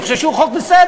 אני חושב שהוא חוק בסדר,